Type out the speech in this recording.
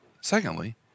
Secondly